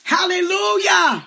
Hallelujah